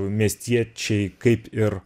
miestiečiai kaip ir